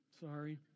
sorry